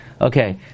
Okay